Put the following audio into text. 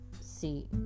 see